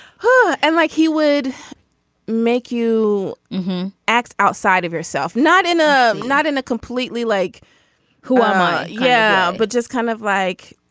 huh and like he would make you act outside of yourself. not in a not in a completely like who i am. yeah but just kind of like